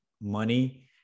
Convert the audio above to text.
money